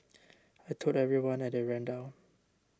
I told everyone and they ran down